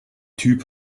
typ